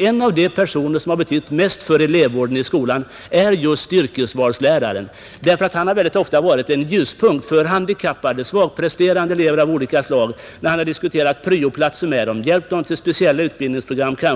En av de personer som betytt mest för elevvården i skolan är just yrkesvalsläraren, därför att han ofta har varit ett stöd för handikappade och svagpresterande elever av olika slag. Han har t.ex. diskuterat pryoplatser med dem och kanske hjälpt dem till speciella utbildningsprogram på